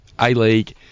A-League